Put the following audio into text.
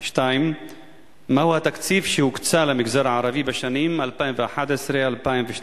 2. מהו התקציב שהוקצה למגזר הערבי בשנים 2011 2012?